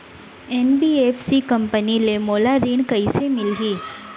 NBFC company ले मोला ऋण कइसे मिलही?